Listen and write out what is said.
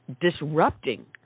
disrupting